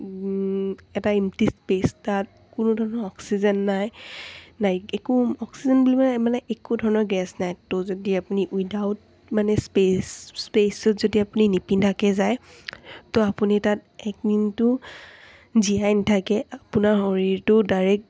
এটা empty space তাত কোনো ধৰণৰ অক্সিজেন নাই লাইক একো অক্সিজেন বুলিবলে মানে একো ধৰণৰ গেছ নাই ত' যদি আপুনি উইডাউট মানে স্পেচ স্পেচ শ্বুুট যদি আপুনি নিপিন্ধাকৈ যায় ত' আপুনি তাত একমিনিটো জীয়াই নাথাকে আপোনাৰ শৰীৰটো ডাইৰেক্ট